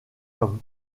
comme